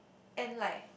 and like